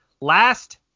Last